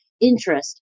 interest